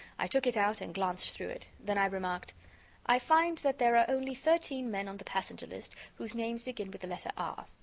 i took it out and glanced through it. then i remarked i find that there are only thirteen men on the passenger-list whose names begin with the letter r.